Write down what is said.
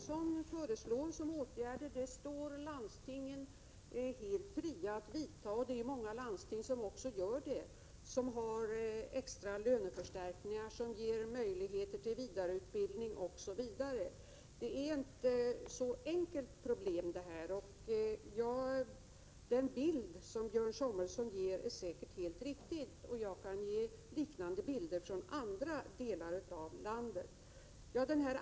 Fru talman! De åtgärder som Björn Samuelson föreslår står det landstingen helt fritt att vidta, och det är många landsting som också gör det — extra löneförstärkningar, möjligheter till vidareutbildning, osv. Men problemet är inte enkelt. Den bild som Björn Samuelson ger är säkert helt riktig, och jag kan ge liknande bilder från andra delar av landet.